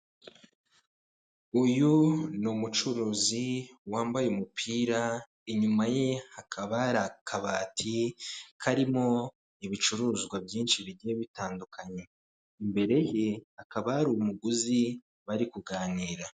Uyu ni umucuruzi wambaye umupira inyuma ye hakaba hari akabati karimo ibicuruzwa byinshi bigiye bitandukanye, imbere ye hakaba hari umuguzi bari kuganira.